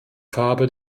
farbe